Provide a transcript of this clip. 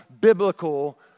biblical